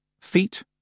Feet